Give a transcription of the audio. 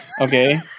Okay